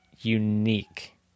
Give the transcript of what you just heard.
unique